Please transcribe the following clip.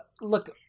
look